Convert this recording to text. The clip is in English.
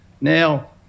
Now